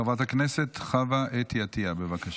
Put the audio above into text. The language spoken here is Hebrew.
חברת הכנסת חוה אתי עטייה, בבקשה.